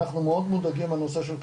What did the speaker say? אנחנו מאוד מודאגים מהנושא של כדורים,